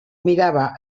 mirava